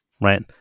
right